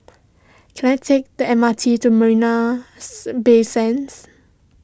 can I take the M R T to Marina Bay Sands